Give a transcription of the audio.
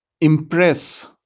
impress